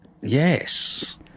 Yes